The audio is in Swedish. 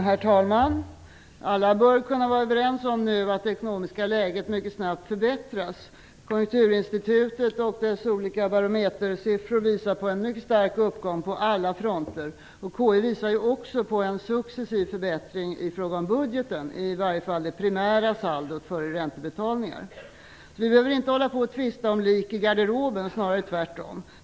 Herr talman! Alla bör nu kunna vara överens om att det ekonomiska läget snabbt förbättras. Konjunkturinstitutet, KI, och dess olika barometersiffror visar på en mycket stark uppgång på alla fronter. KI visar också på en successiv förbättring i fråga om budgeten, i varje fall när det gäller det primära saldot före räntebetalningar. Vi behöver alltså inte hålla på att tvista om lik i garderoben, snarare tvärtom.